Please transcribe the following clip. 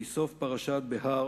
מסוף פרשת בהר